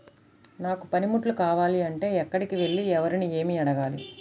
నాకు పనిముట్లు కావాలి అంటే ఎక్కడికి వెళ్లి ఎవరిని ఏమి అడగాలి?